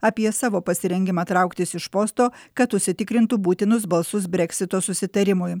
apie savo pasirengimą trauktis iš posto kad užsitikrintų būtinus balsus breksito susitarimui